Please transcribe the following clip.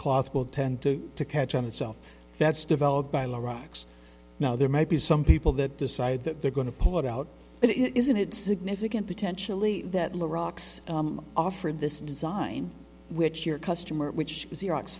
cloth will tend to catch on itself that's developed by low rocks now there might be some people that decide that they're going to pull it out but isn't it significant potentially that little rocks are offered this design which your customer which is iraq's